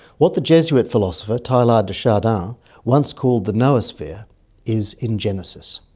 what the jesuit philosopher teilhard de chardin um once called the noosphere is in genesis.